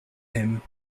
him